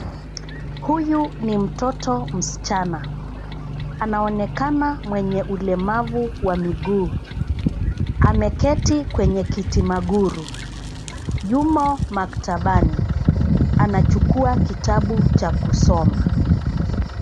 Huyu ni mtoto msichana anaonekana mwenye ulemavu wa miguu. Ameketi kwenye kiti maguru yumo maktabani anachukua kitabu cha kusoma.